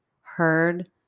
heard